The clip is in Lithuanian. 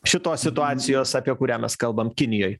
šitos situacijos apie kurią mes kalbam kinijoj